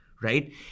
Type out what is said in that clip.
Right